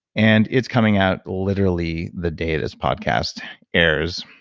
and it's coming out literally the day this podcast airs,